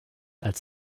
als